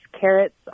carrots